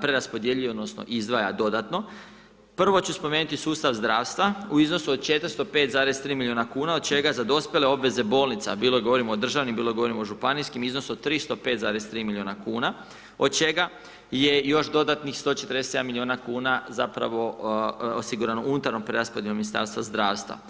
preraspodjeljuje odnosno, izdvaja dodatno, prvo ću spomenuti sustav zdravstva u iznosu 405,3 milijuna kn, od čega za dospjele obveze bolnica, bilo da govorim o državnim, bilo da govorim o županijskim iznos od 305,3 milijuna kn, od čega je još dodatnih 147 milijuna kn, zapravo osigurano unutar preraspodijelim ministarstva zdravstva.